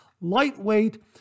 lightweight